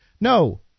No